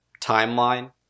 timeline